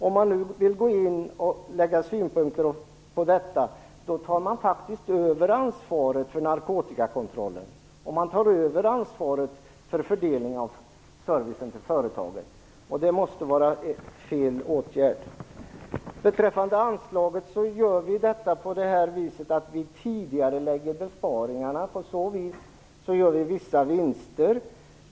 Om man vill gå in och anlägga synpunkter på detta tar man över ansvaret för narkotikakontrollen och ansvaret för fördelningen av servicen till företagen. Det måste vara fel åtgärd. Beträffande anslaget tidigarelägger vi besparingarna. På så vis gör vi vissa vinster.